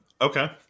Okay